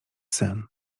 sen